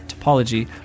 topology